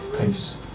peace